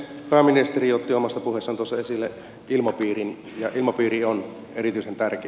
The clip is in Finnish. pääministeri otti omassa puheessaan tuossa esille ilmapiirin ja ilmapiiri on erityisen tärkeä